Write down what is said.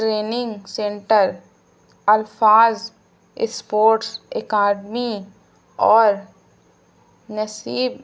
training centre الفاظ sports academy اور نصیب